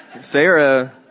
Sarah